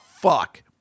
fuck